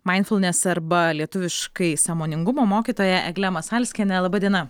maindfulnes arba lietuviškai sąmoningumo mokytoja egle masalskiene laba diena